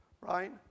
Right